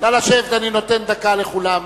אני נותן דקה לכולם.